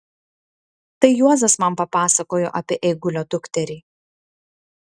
tai juozas man papasakojo apie eigulio dukterį